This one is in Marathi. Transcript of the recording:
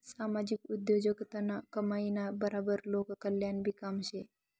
सामाजिक उद्योगजगतनं कमाईना बराबर लोककल्याणनंबी काम शे